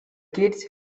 kids